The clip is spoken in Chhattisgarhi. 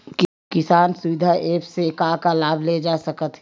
किसान सुविधा एप्प से का का लाभ ले जा सकत हे?